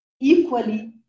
equally